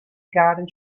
garden